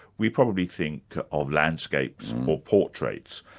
we probably think of landscapes or portraits.